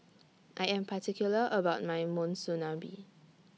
I Am particular about My Monsunabe